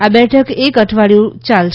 આ બેઠક એક અઠવાડિયુ ચાલશે